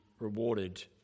rewarded